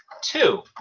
Two